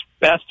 best